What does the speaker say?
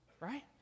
right